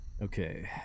Okay